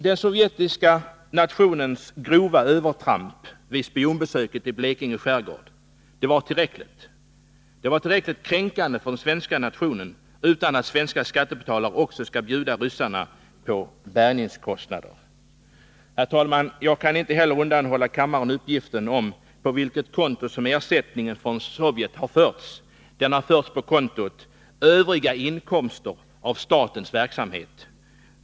Den sovjetiska nationens grova övertramp vid spionbesöket i Blekinge skärgård var tillräckligt kränkande för den svenska nationen. Det fattas bara att svenska skattebetalare också skall bjuda ryssarna på bärgningskostnaderna. Herr talman! Jag kan inte heller undanhålla kammarens ledamöter uppgiften om på vilket konto som ersättningen från Sovjet har förts. Den har förts på kontot Övriga inkomster av statens verksamhet.